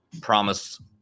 promise